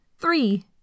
three